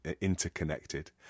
interconnected